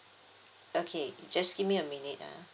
okay just give me a minute ah